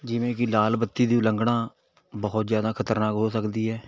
ਜਿਵੇਂ ਕਿ ਲਾਲ ਬੱਤੀ ਦੀ ਉਲੰਘਣਾ ਬਹੁਤ ਜ਼ਿਆਦਾ ਖ਼ਤਰਨਾਕ ਹੋ ਸਕਦੀ ਹੈ